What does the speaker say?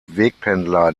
wegpendler